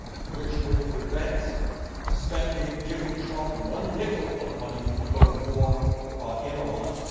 which would prevent spending giving trump one nickel of money to go to war in iran,